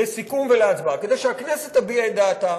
לסיכום ולהצבעה, כדי שהכנסת תביע את דעתה.